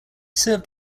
served